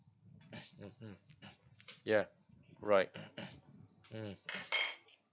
mm mm yeah right mm